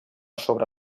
sobre